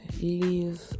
leave